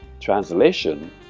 translation